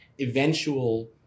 eventual